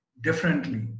differently